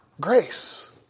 grace